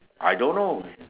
I don't know